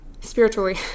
spiritually